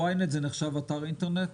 וינט נחשב אתר אינטרנט?